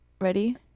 Ready